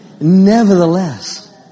Nevertheless